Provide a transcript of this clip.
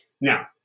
Now